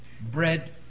bread